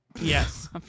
yes